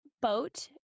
boat